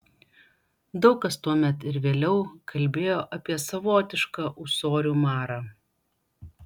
daug kas tuomet ir vėliau kalbėjo apie savotišką ūsorių marą